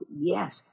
Yes